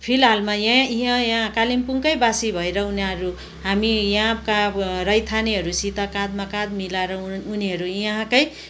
फिलहालमा या यो यहाँ कालिम्पोङकै वासी भएर उनीहरू हामी यहाँका रैथानेहरू सित काँधमा काँध मिलाएर उनीहरू यहाँकै